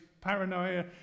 paranoia